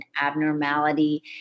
abnormality